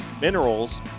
minerals